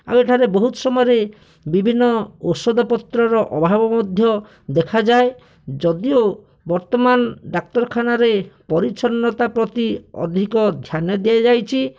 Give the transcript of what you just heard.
ଏଠାରେ ବହୁତ ସମୟରେ ବିଭିନ୍ନ ଔଷଧ ପତ୍ରର ଅଭାବ ମଧ୍ୟ ଦେଖାଯାଏ ଯଦିଓ ବର୍ତ୍ତମାନ ଡାକ୍ତରଖାନାରେ ପରିଛନ୍ନତା ପ୍ରତି ଅଧିକ ଧ୍ୟାନ ଦିଆଯାଇଛି